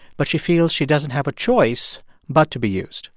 but she feels she doesn't have a choice but to be used